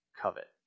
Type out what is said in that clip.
covet